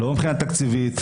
לא מבחינה תקציבית.